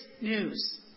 news